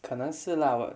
可能是 lah 我